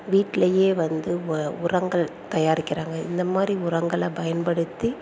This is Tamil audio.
வீட்டுலேயே வந்து உ உரங்கள் தயாரிக்கிறாங்க இந்த மாதிரி உரங்களை பயன்படுத்தி